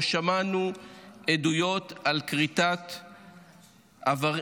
ובו שמענו עדויות על כריתת איברים,